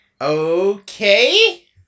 Okay